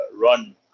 run